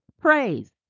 praise